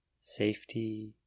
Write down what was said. safety